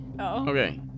Okay